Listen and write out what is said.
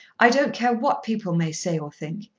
i don't care what people may say or think.